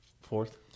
Fourth